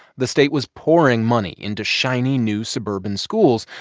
the state was pouring money into shiny new suburban schools,